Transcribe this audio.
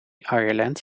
ireland